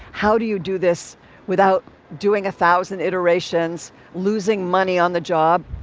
how do you do this without doing a thousand iterations, losing money on the job?